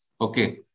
Okay